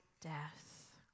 death